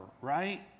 right